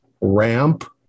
ramp